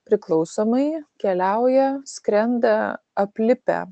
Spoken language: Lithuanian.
priklausomai keliauja skrenda aplipę